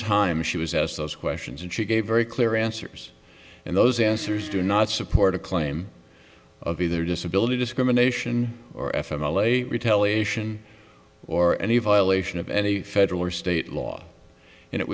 times she was asked those questions and she gave very clear answers and those answers do not support a claim of either disability discrimination or f m l a retaliation or any violation of any federal or state law and it